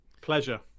pleasure